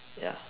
ya